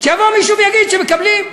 אבל ב-total אתם מקבלים יותר.